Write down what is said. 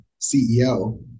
CEO